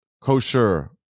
kosher